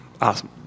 Awesome